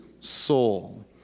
soul